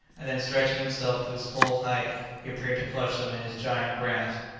and then stretching himself to his full height, he appeared to clutch them in his giant grasp.